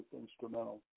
instrumental